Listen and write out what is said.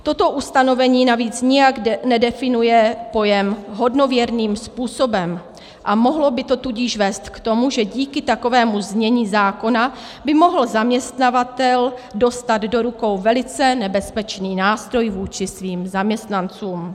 Toto ustanovení navíc nijak nedefinuje pojem hodnověrným způsobem a mohlo by to tudíž vést k tomu, že díky takovému znění zákona by mohl zaměstnavatel dostat do rukou velice nebezpečný nástroj vůči svým zaměstnancům.